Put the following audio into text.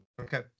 Okay